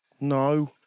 No